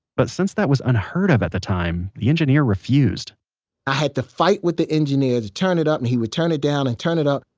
but since that was unheard of at the time, the engineer refused i had to fight with the engineer to turn it up, and he would turn it down and turn it up,